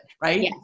right